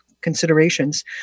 Considerations